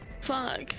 Fuck